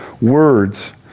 Words